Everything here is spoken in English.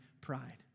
pride